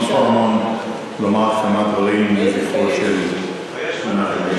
סולומון לומר כמה דברים לזכרו של מנחם בגין.